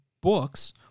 books